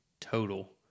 total